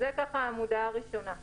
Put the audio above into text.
זה מה שמפורט בעמודה הראשונה בטבלה.